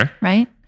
right